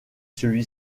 celui